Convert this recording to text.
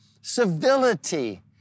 Civility